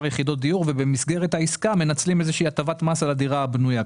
יחידות דיור ובמסגרת העסקה מנצלים איזושהי הטבת מס על הדירה הבנויה.